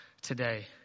today